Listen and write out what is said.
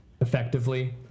effectively